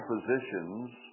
positions